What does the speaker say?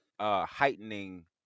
heightening